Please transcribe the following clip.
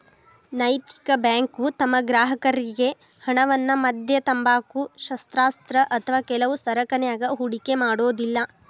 ನೈತಿಕ ಬ್ಯಾಂಕು ತಮ್ಮ ಗ್ರಾಹಕರ್ರಿಗೆ ಹಣವನ್ನ ಮದ್ಯ, ತಂಬಾಕು, ಶಸ್ತ್ರಾಸ್ತ್ರ ಅಥವಾ ಕೆಲವು ಸರಕನ್ಯಾಗ ಹೂಡಿಕೆ ಮಾಡೊದಿಲ್ಲಾ